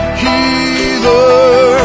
healer